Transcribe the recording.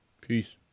Peace